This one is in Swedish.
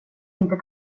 inte